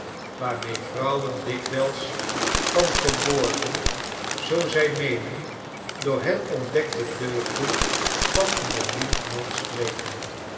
waarmee vrouwen dikwijls van verborgen zoo zij meenen door hen ontdekte deugden van een bemind